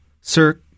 sir